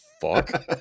fuck